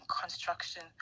construction